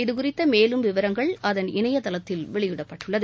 இது குறித்த மேலும் விவரங்கள் அதன் இணையதளத்தில் வெளியிடப்பட்டுள்ளது